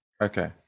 Okay